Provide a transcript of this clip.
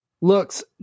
looks